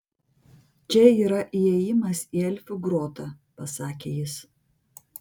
čia yra įėjimas į elfų grotą pasakė jis